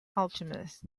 alchemist